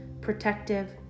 protective